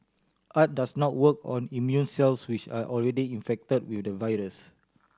art does not work on immune cells which are already infected with the virus